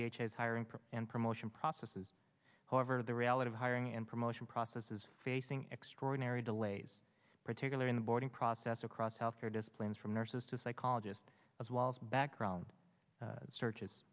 process and promotion processes however the reality of hiring and promotion process is facing extraordinary delays particularly in the boarding process across health care disciplines from nurses to psychologist as well as background searches